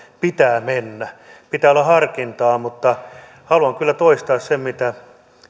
pitää mennä pitää olla harkintaa mutta haluan kyllä toistaa sen mitä